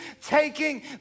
taking